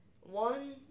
One